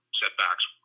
setbacks